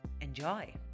Enjoy